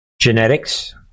genetics